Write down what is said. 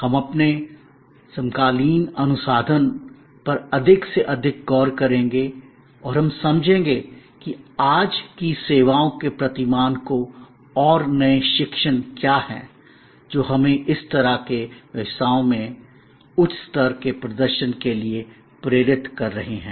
हम अपने समकालीन अनुसंधान पर अधिक से अधिक गौर करेंगे और हम समझेंगे आज की सेवाओं के प्रतिमान को और नए शिक्षण क्या हैं जो हमें इस तरह के व्यवसायों में उच्च स्तर के प्रदर्शन के लिए प्रेरित कर रहे हैं